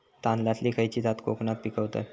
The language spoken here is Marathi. तांदलतली खयची जात कोकणात पिकवतत?